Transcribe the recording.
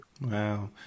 Wow